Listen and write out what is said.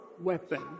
weapon